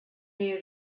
near